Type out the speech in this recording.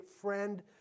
friend